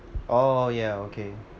oh ya okay